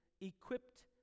equipped